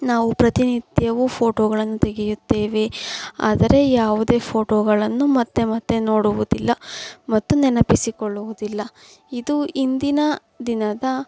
ನಾವು ಪ್ರತಿನಿತ್ಯವೂ ಫ಼ೋಟೋಗಳನ್ನು ತೆಗೆಯುತ್ತೇವೆ ಆದರೆ ಯಾವುದೇ ಫ಼ೋಟೋಗಳನ್ನು ಮತ್ತೆ ಮತ್ತೆ ನೋಡುವುದಿಲ್ಲ ಮತ್ತು ನೆನಪಿಸಿಕೊಳ್ಳುವುದಿಲ್ಲ ಇದು ಇಂದಿನ ದಿನದ